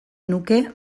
nuke